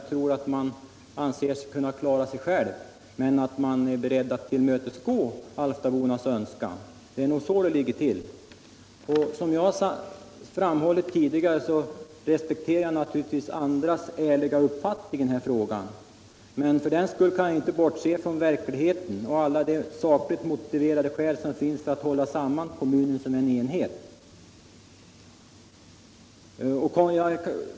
Jag tror att man anser sig kunna klara sig själv men att man är beredd att tillmötesgå alftabornas önskan. Det är nog så det ligger till. Som jag har framhållit tidigare respekterar jag naturligtvis andras ärliga uppfattning i denna fråga. Men för den skull kan jag inte bortse från verkligheten och alla de sakliga skäl som finns för att kommunen skall hållas samman som en enhet.